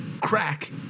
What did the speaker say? crack